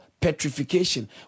petrification